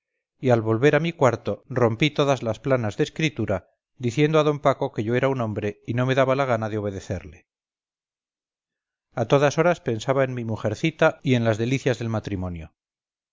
y al volver a mi cuarto rompí todas las planas de escritura diciendo a d paco que yo era un hombre y no me daba la gana de obedecerle a todas horas pensaba en mi mujercita y en las delicias del matrimonio